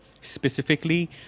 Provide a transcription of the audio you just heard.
specifically